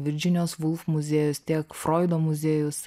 virdžinijos vulf muziejus tiek froido muziejus